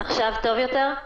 עכשיו טוב יותר?